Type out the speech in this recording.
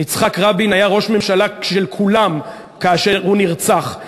יצחק רבין היה ראש ממשלה של כולם כאשר הוא נרצח,